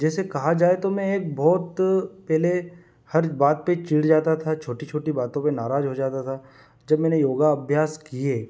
जैसे कहा जाए तो मैं एक बहुत पहले हर बात पर चिढ़ जाता था छोटी छोटी बातों पर नाराज़ हो जाता था जब मैंने योग अभ्यास किए